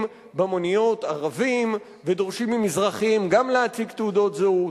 במוניות ערבים ודורשים ממזרחיים גם להציג תעודות זהות.